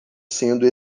sendo